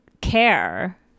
care